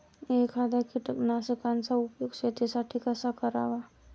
एखाद्या कीटकनाशकांचा उपयोग शेतीसाठी कसा करावा?